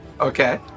Okay